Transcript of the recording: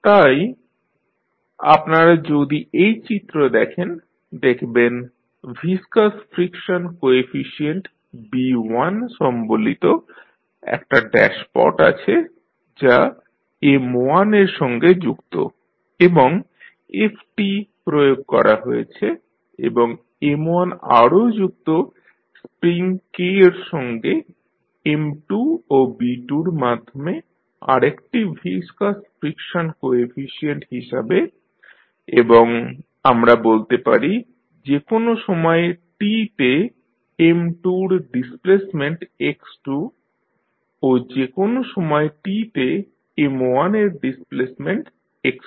তাই আপনারা যদি এই চিত্র দেখেন দেখবেন ভিসকাস ফ্রিকশন কোএফিশিয়েন্ট B1সম্বলিত একটা ড্যাশপট আছে যা M1 এর সঙ্গে যুক্ত এবং ft প্রয়োগ করা হয়েছে এবং M1 আরো যুক্ত স্প্রিং k এর সঙ্গে M2 ও B2 র মাধ্যমে আর একটি ভিসকাস ফ্রিকশন কোএফিশিয়েন্ট হিসাবে এবং আমরা বলতে পারি যে কোনো সময় t তে M2 র ডিসপ্লেসমেন্ট x2 ও যে কোনো সময় t তে M1 এর ডিসপ্লেসমেন্ট x1